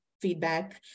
feedback